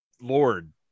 lord